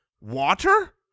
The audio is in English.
water